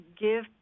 give